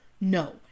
No